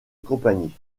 compagnie